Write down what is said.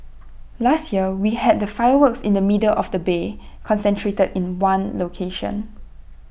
last year we had the fireworks in the middle of the bay concentrated in one location